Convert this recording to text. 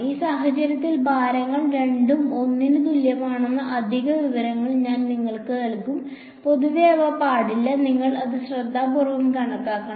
ഈ സാഹചര്യത്തിൽ ഭാരങ്ങൾ രണ്ടും 1 ന് തുല്യമാണെന്ന അധിക വിവരങ്ങൾ ഞാൻ നിങ്ങൾക്ക് നൽകും പൊതുവെ അവ പാടില്ല നിങ്ങൾ അത് ശ്രദ്ധാപൂർവ്വം കണക്കാക്കണം